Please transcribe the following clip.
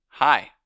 Hi